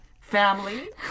family